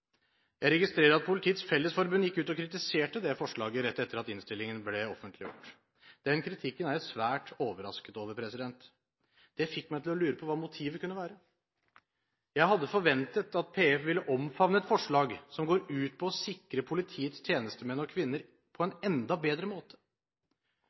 Jeg registrerte at Politiets Fellesforbund gikk ut og kritiserte det forslaget rett etter at innstillingen ble offentliggjort. Den kritikken er jeg svært overrasket over. Det fikk meg til å lure på hva motivet kunne være. Jeg hadde forventet at Politiets Fellesforbund ville omfavne et forslag som går ut på å sikre politiets tjenestemenn og -kvinner på en